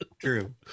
True